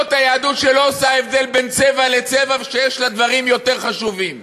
זאת היהדות שלא עושה הבדל בין צבע לצבע ושיש לה דברים יותר חשובים.